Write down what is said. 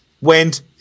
went